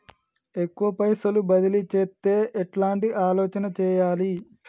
ఎక్కువ పైసలు బదిలీ చేత్తే ఎట్లాంటి ఆలోచన సేయాలి?